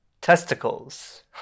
testicles